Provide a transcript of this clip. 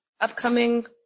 upcoming